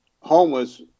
homeless